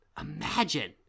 Imagine